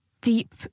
deep